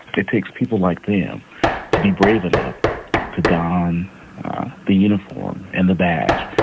it takes people like them to be brave enough to dawn the uniform and the badge,